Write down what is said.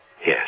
Yes